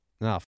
No